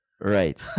Right